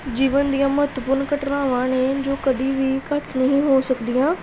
ਜੀਵਨ ਦੀਆਂ ਮਹੱਤਵਪੂਰਨ ਘਟਨਾਵਾਂ ਨੇ ਜੋ ਕਦੇ ਵੀ ਘੱਟ ਨਹੀਂ ਹੋ ਸਕਦੀਆਂ